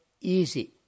easy